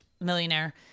Millionaire